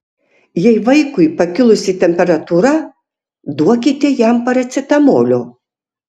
jei vaikui pakilusi temperatūra duokite jam paracetamolio